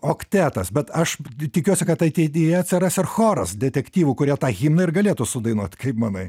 oktetas bet aš tikiuosi kad ateityje atsiras ir choras detektyvų kurie tą himną ir galėtų sudainuot kaip manai